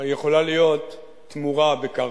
יכולה להיות תמורה בקרקע,